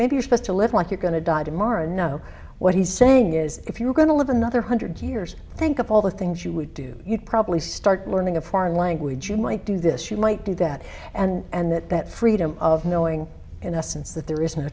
maybe you're supposed to live like you're going to die tomorrow no what he's saying is if you're going to live another hundred years think of all the things you would do you probably start learning a foreign language you might do this you might do that and that that freedom of knowing in essence that there is no